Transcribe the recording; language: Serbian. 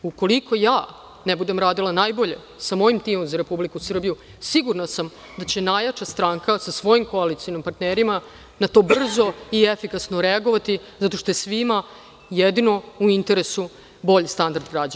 Ukoliko ja ne budem radila najbolje, sa mojim timom, za Republiku Srbiju, sigurna sam da će najjača stranka, sa svojim koalicionim partnerima, na to brzo i efikasno reagovati, zato što je svima jedino u interesu bolji standard građana.